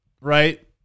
right